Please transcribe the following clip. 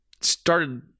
started